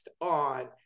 on